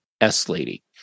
S-Lady